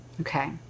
Okay